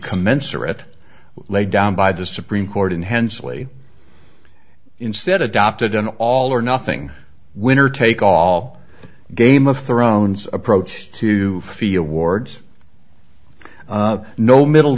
commensurate laid down by the supreme court in hensley instead adopted an all or nothing winner take all game of thrones approach to feel wards no middle